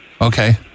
Okay